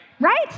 right